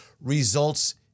results